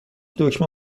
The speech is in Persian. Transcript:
دکمه